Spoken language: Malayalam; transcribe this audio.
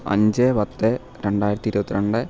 അഞ്ച് പത്ത് രണ്ടായിരത്തി ഇരുപത്തി രണ്ട്